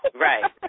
Right